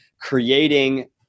creating